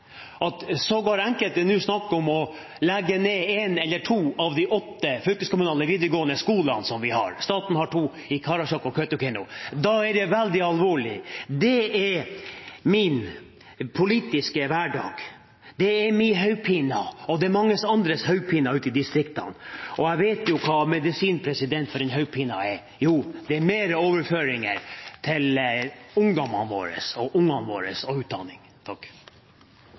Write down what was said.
nå sågar snakker om å legge ned en eller to av de åtte fylkeskommunale videregående skolene som vi har – staten har to, i Karasjok og Kautokeino – da er det veldig alvorlig. Det er min politiske hverdag. Det er min hodepine, og det er mange andres hodepine ute i distriktene. Jeg vet hva medisinen for den hodepinen er – det er mer overføringer til ungdommene våre, til ungene våre og til utdanning. Jeg vil si takk